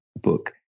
book